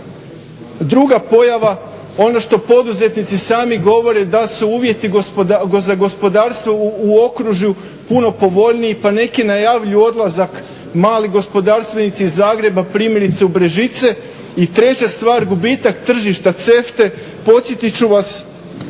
Druga pojava, ono što poduzetnici sami govore da su uvjeti za gospodarstvo u okružju puno povoljniji, pa neki najavljuju odlazak malih gospodarstvenici Zagreba primjerice u Brežice. I treća stvar gubitak tržišta CEFTA-e podsjetit ću vas